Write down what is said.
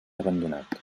abandonat